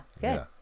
good